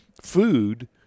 food